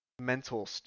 mental